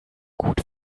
gut